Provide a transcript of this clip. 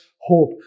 hope